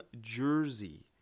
Jersey